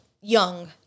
young